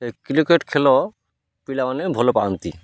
cricket ଖେଳ ପିଲାମାନେ ଭଲ ପାଆନ୍ତି